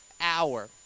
hour